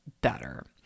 better